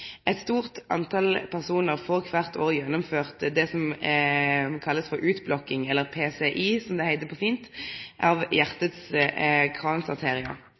personar får kvart år gjennomført det som ein kallar for utblokking, eller PCI, som det heiter på fint, av